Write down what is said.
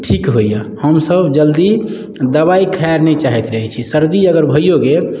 ठीक होइए हमसब जल्दी दबाइ खाइ नहि चाहैत रहै छी सर्दी अगर भैयो गेल